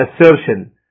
assertion